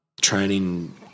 training